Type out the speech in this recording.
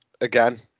again